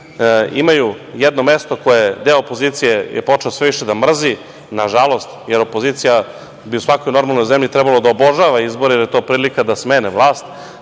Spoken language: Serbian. imaju jedno mesto koje je deo opozicije počeo sve više da mrzi, nažalost, jer opozicija bi u svakoj normalnoj zemlji trebalo da obožava izbore jer je to prilika da smene vlast,